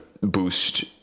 boost